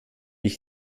ich